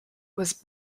was